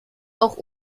auch